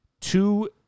two